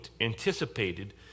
anticipated